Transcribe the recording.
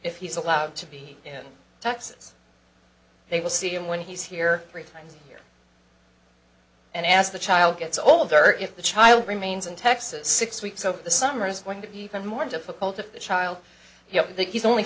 if he's allowed to be in texas they will see him when he's here three times a year and ask the child gets older if the child remains in texas six weeks over the summer is going to be even more difficult if the child you know he's only